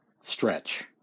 stretch